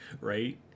Right